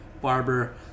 Barber